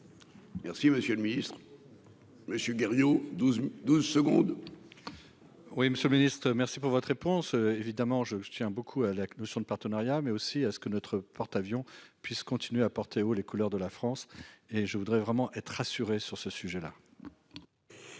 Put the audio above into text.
Merci, Monsieur le Ministre Monsieur Guerriau 12 12 secondes. Oui, Monsieur le Ministre, merci pour votre réponse, évidemment je tiens beaucoup à la notion de partenariat, mais aussi à ce que notre porte-avions puisse continuer à porter haut les couleurs de la France et je voudrais vraiment être rassurés sur ce sujet-là.